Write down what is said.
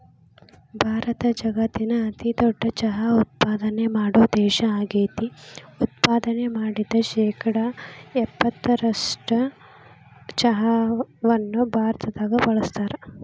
ಭಾರತ ಜಗತ್ತಿನ ಅತಿದೊಡ್ಡ ಚಹಾ ಉತ್ಪಾದನೆ ಮಾಡೋ ದೇಶ ಆಗೇತಿ, ಉತ್ಪಾದನೆ ಮಾಡಿದ ಶೇಕಡಾ ಎಪ್ಪತ್ತರಷ್ಟು ಚಹಾವನ್ನ ಭಾರತದಾಗ ಬಳಸ್ತಾರ